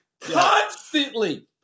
Constantly